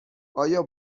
آیا